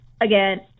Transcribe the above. again